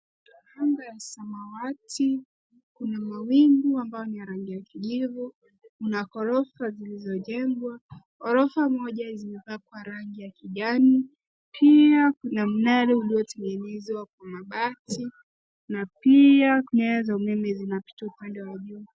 Jengo ya samawati. Kuna mawingu ambayo ni ya rangi ya kijivu. Kuna ghorofa zilizojengwa. Ghorofa moja zimepakwa rangi ya kijani, pia kuna mnara uliotengenezwa kwa mabati na pia nyaya za umeme zinapita upande wa juu.